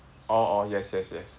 orh orh yes yes yes